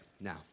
Now